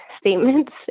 statements